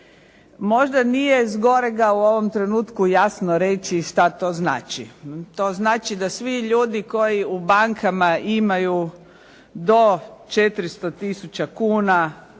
Možda nije zgorega u ovom trenutku jasno reći šta to znači. To znači da svi ljudi koji u bankama imaju do 400 tisuća kuna